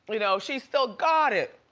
but you know she's still got it.